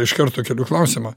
iš karto keliu klausimą